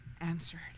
answered